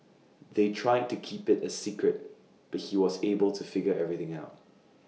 they tried to keep IT A secret but he was able to figure everything out